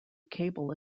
cable